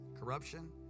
corruption